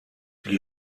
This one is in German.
sie